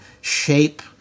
shape